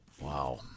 Wow